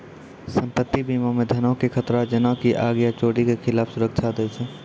सम्पति बीमा मे धनो के खतरा जेना की आग या चोरी के खिलाफ सुरक्षा दै छै